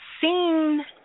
seen